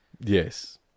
Yes